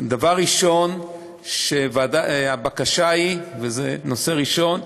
דבר ראשון, הבקשה היא, וזה נושא ראשון,